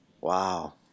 Wow